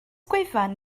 gwefan